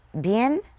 bien